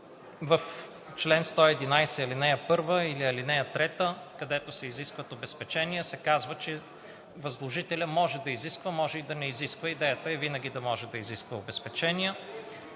в чл. 111, ал. 1 или ал. 3, където се изискват обезпечения, се казва, че възложителят може да изисква, може и да не изисква – идеята е винаги да може да изисква обезпечения